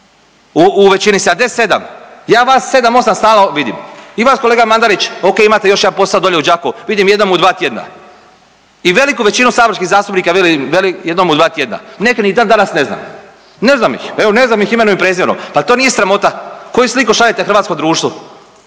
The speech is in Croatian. u većini, 77? Ja vas 7, 8 stalno vidim. I vas, kolega Mandarić, okej, imate još jedan posao dolje u Đakovu, vidim jednom u 2 tjedna. I veliku većinu saborskih zastupnika vidim jednom u 2 tjedna. Neke ni dandanas ne znam. Ne znam ih. Evo, ne znam ih imenom i prezimenom. Pa je li to nije sramota? Koju sliku šaljete hrvatskom društvu?